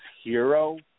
hero